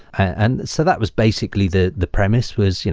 and so that was basically the the premise was,